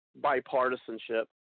bipartisanship